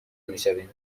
میشویم